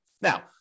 Now